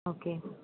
okay